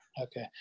Okay